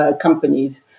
companies